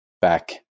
back